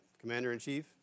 Commander-in-chief